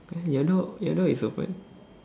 open your door your door is open